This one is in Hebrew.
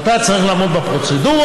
ואתה צריך לעמוד בפרוצדורה,